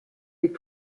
les